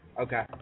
Okay